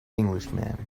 englishman